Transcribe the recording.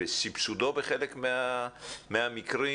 בסבסודו בחלק מהמקרים